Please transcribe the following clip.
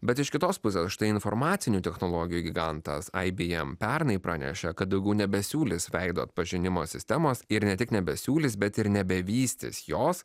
bet iš kitos pusės štai informacinių technologijų gigantas ibm pernai pranešė kad daugiau nebesiūlys veido atpažinimo sistemos ir ne tik nebesiūlys bet ir nebevystys jos